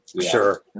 Sure